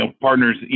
partners